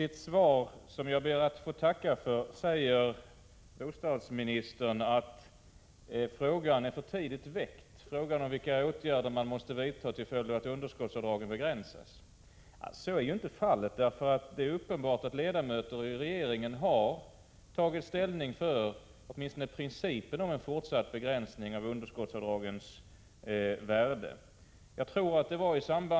tern här exempelvis dementera det genom att tala om att det inte blir aktuellt att under innevarande mandatperiod ytterligare begränsa underskottsavdragens värde.